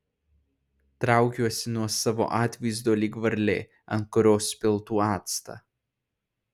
traukiuosi nuo savo atvaizdo lyg varlė ant kurios piltų actą